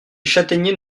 châtaigniers